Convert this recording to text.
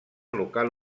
local